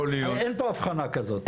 אין פה הבחנה כזאת?